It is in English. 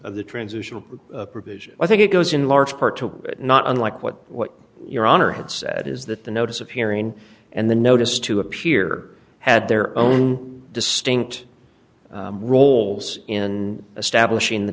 of the transitional provision i think it goes in large part to not unlike what what your honor had said is that the notice of hearing and the notice to appear had their own distinct roles in establishing the